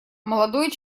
молодой